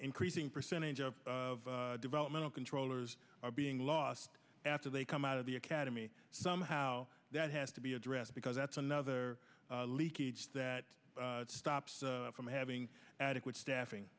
increasing percentage of developmental controllers are being lost after they come out of the academy somehow that has to be addressed because that's another leak each that stops from having adequate staffing